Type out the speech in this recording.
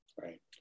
Right